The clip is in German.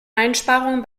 einsparungen